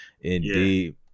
indeed